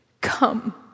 Come